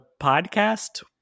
Podcast